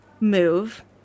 move